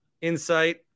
insight